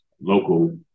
local